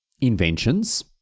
inventions